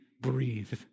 breathe